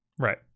Right